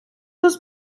was